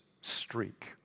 streak